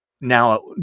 now